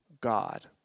God